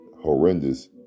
horrendous